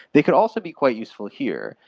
they could also be quite useful here.